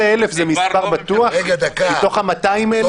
אפי ה-13,000 זה מספר בטוח מתוך ה-200,000?